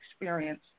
experience